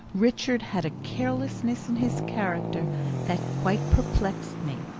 richard had a carelessness in his character that quite perplexed me,